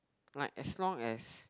like as long as